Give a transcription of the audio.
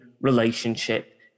relationship